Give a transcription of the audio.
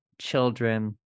children